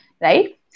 Right